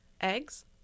Eggs